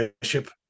Bishop